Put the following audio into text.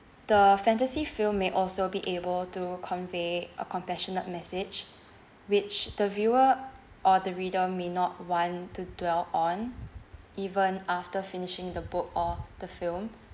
the fantasy film may also be able to convey a compassionate message which the viewer or the reader may not want to dwell on even after finishing the book or the film